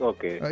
Okay